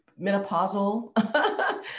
menopausal